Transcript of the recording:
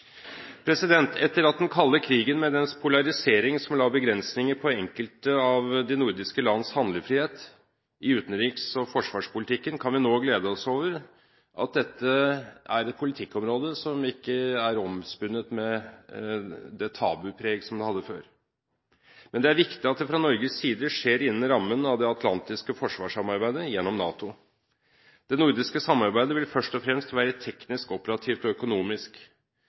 Etter at den kalde krigen med dens polarisering la begrensninger på enkelte av de nordiske lands handlefrihet i utenriks- og forsvarspolitikken, kan vi nå glede oss over at dette er et politikkområde som ikke er omspunnet med det tabupreg som det hadde før. Men det er viktig at det fra Norges side skjer innen rammen av det atlantiske forsvarssamarbeidet gjennom NATO: Det nordiske samarbeidet vil først og fremst være teknisk-operativt og økonomisk.